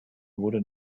wurde